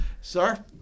sir